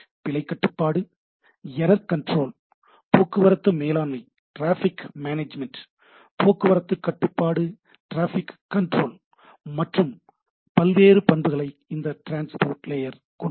பிழை கட்டுப்பாடு error control போக்குவரத்து மேலாண்மை டிராபிக் மேனேஜ்மென்ட் போக்குவரத்து கட்டுப்பாடு ட்ராபிக் கன்ட்ரோல் மற்றும் பல்வேறு பண்புகளை இந்த டிரான்ஸ்போர்ட் லேயர் கொண்டுள்ளது